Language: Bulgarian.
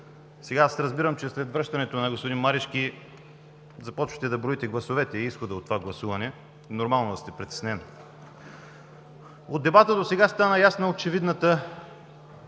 тема. Разбирам, че след завръщането на господин Марешки започвате да броите гласовете и изхода от това гласуване. Нормално е да сте притеснен. От дебата досега стана ясно за очевидната